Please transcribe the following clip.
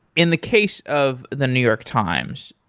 in the case of the new york times,